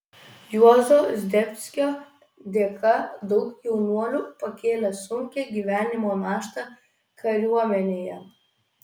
juozo zdebskio dėka daug jaunuolių pakėlė sunkią gyvenimo naštą kariuomenėje